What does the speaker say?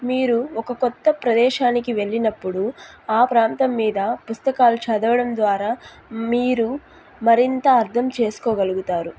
మీరు ఒక కొత్త ప్రదేశానికి వెళ్ళినప్పుడు ఆ ప్రాంతం మీద పుస్తకాలు చదవడం ద్వారా మీరు మరింత అర్థం చేసుకోగలుగుతారు